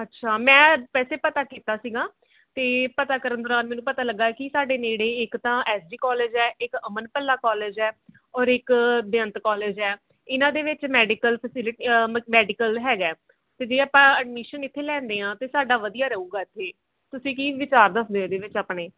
ਅੱਛਾ ਮੈਂ ਵੈਸੇ ਪਤਾ ਕੀਤਾ ਸੀਗਾ ਅਤੇ ਪਤਾ ਕਰਨ ਦੌਰਾਨ ਮੈਨੂੰ ਪਤਾ ਲੱਗਾ ਕਿ ਸਾਡੇ ਨੇੜੇ ਇੱਕ ਤਾਂ ਐੱਸ ਡੀ ਕੌਲਜ ਹੈ ਇੱਕ ਅਮਨ ਭੱਲਾ ਕੌਲਜ ਹੈ ਔਰ ਇੱਕ ਬੇਅੰਤ ਕੌਲਜ ਹੈ ਇਹਨਾਂ ਦੇ ਵਿੱਚ ਮ ਮੈਡੀਕਲ ਫੈਸਿਲੀ ਮੈਡੀਕਲ ਹੈਗਾ ਹੈ ਅਤੇ ਜੇ ਆਪਾਂ ਐਡਮਿਸ਼ਨ ਇੱਥੇ ਲੈਂਦੇ ਹਾਂ ਤਾਂ ਸਾਡਾ ਵਧੀਆ ਰਹੇਗਾ ਇੱਥੇ ਤੁਸੀਂ ਕੀ ਵਿਚਾਰ ਦੱਸਦੇ ਇਹਦੇ ਵਿੱਚ ਆਪਣੇ